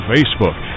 Facebook